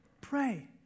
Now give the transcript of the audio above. Pray